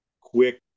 quick